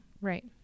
Right